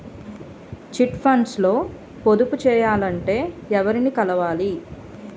Chit funds లో పొదుపు చేయాలంటే ఎవరిని కలవాలి?